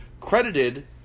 credited